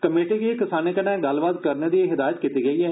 committee गी किसानें कन्नै गल्लबात करने दी हिदायत कीती गेई ऐ